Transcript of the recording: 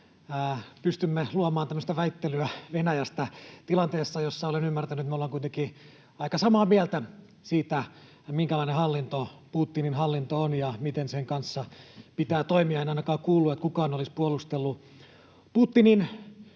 pystymme luomaan tämmöistä väittelyä Venäjästä tilanteessa, jossa olen ymmärtänyt, että me ollaan kuitenkin aika samaa mieltä siitä, minkälainen hallinto Putinin hallinto on ja miten sen kanssa pitää toimia. En ainakaan kuullut, että kukaan olisi puolustellut Putinin — oli